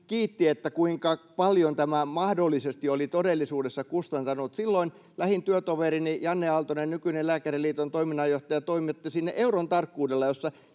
siitä, kuinka paljon tämä mahdollisesti oli todellisuudessa kustantanut. Silloin lähin työtoverini Janne Aaltonen, nykyinen Lääkäriliiton toiminnanjohtaja, toimitti sinne euron tarkkuudella